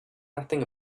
nothing